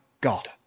God